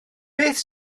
beth